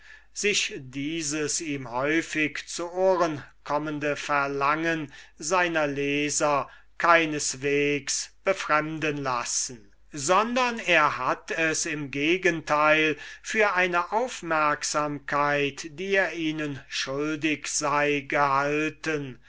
sich dieses ihm häufig zu ohren kommende verlangen seiner werten leser keineswegs befremden lassen sondern er hat es im gegenteil für eine aufmerksamkeit die er ihnen schuldig ist gehalten